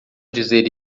dizer